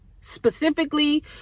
specifically